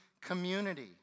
community